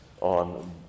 On